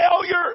failure